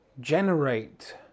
generate